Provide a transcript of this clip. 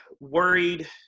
worried